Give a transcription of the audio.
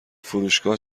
فروشگاه